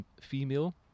female